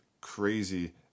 crazy